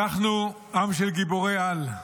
תודה --- אנחנו עם של גיבורי על.